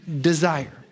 desire